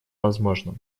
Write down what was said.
возможным